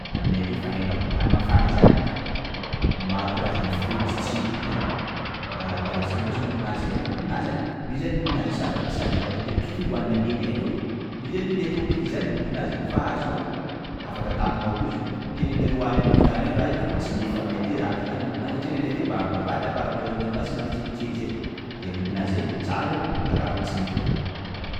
Aminay aty fa hainao, tany mafana zany maro karazana fruit misy tsilo ein, par exemple zo mokonazy, ah hainao mokonazy zany, io zany mokonazy sady afaka atao pika io sady hoanina lena hainao io, io zany le atao pika zany, mokonazy io zany koafa azonao afaka atapinao koa izy io, teneninareo any anivo tany any raha io voatsinefy, aminay aty zaka zany mokonazy satria aminay aty somary bevabavata par rapport aminareo any somary kelikely zay, de mokonazy zay tsara io, karaha voatsinefy io koa,